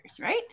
right